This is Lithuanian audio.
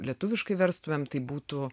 lietuviškai verstumėm tai būtų